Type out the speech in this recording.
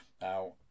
Now